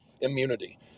immunity